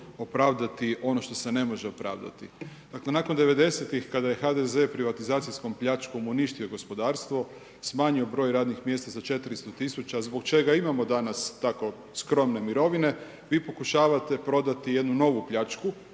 opravdati ono što se ne može opravdati. Dakle nakon '90. kada je HDZ privatizacijskom pljačkom uništio gospodarstvo, smanjio broj radnih mjesta za 400 000, zbog čega i imamo danas tako skromne mirovine, vi pokušavate prodati jednu novu pljačku,